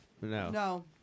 no